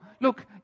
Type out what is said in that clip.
Look